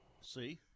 See